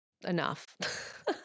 enough